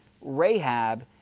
Rahab